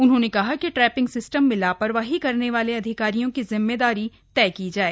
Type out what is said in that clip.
उन्होंने कहा कि ट्रैपिंग सिस्टम में लापरवाही करने वाले अधिकारियों की जिम्मेदारी तय की जाय